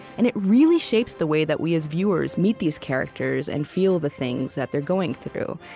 and it really shapes the way that we, as viewers, meet these characters and feel the things that they're going through.